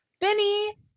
Benny